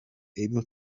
able